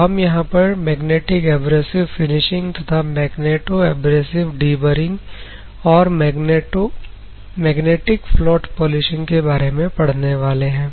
तो हम यहां पर मैग्नेटिक एब्रेसिव फिनिशिंग तथा मैग्नेटो एब्रेसिव डीबरिंग और मैग्नेटिक फ्लोट पॉलिशिंग के बारे में पढ़ने वाले हैं